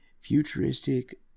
futuristic